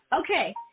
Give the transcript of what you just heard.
Okay